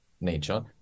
nature